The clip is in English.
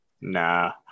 Nah